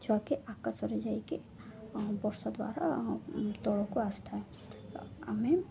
ଛୁଆକେ ଆକାଶରେ ଯାଇକି ବର୍ଷା ଦ୍ୱାରା ତଳକୁ ଆସିଥାଏ ଆମେ